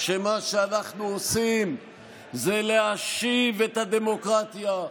שמה שאנחנו עושים זה להשיב את הדמוקרטיה,